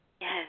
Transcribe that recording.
Yes